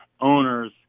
owners